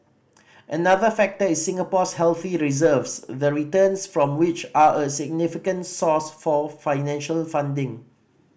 another factor is Singapore's healthy reserves the returns from which are a significant source for financial funding